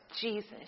Jesus